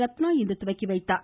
ரத்னா இன்று துவக்கி வைத்தார்